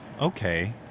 okay